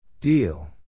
Deal